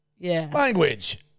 Language